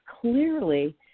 clearly